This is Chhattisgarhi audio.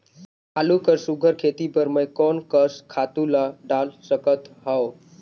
आलू कर सुघ्घर खेती बर मैं कोन कस खातु ला डाल सकत हाव?